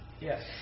Yes